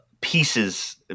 pieces